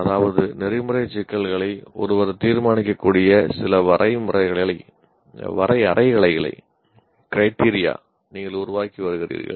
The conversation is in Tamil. அதாவது நெறிமுறை சிக்கல்களை ஒருவர் தீர்மானிக்கக்கூடிய சில வரையறைகளை நீங்கள் உருவாக்கி வருகிறீர்கள்